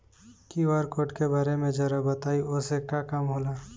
QR code के बारे में जरा बताई वो से का काम होला?